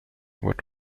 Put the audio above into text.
what